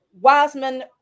Wiseman